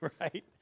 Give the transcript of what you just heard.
Right